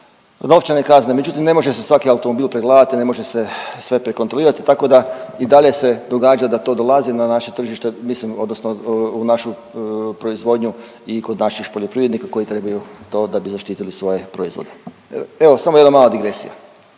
novčane kazne. Međutim ne može se svaki automobil pregledati, ne može se sve prekontrolirati tako da i dalje se događa da to dolazi na naše tržište mislim odnosno u našu proizvodnju i kod naših poljoprivrednika koji trebaju to da bi zaštitili svoje proizvode. Evo samo jedna mala digresija.